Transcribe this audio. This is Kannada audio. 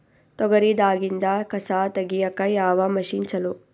ತೊಗರಿ ದಾಗಿಂದ ಕಸಾ ತಗಿಯಕ ಯಾವ ಮಷಿನ್ ಚಲೋ?